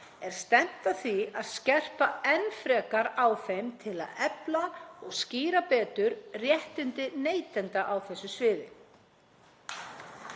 er stefnt að því að skerpa enn frekar á þeim til að efla og skýra betur réttindi neytenda á þessu sviði.